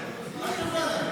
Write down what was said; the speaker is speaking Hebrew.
אל תבוא אליי בטענות.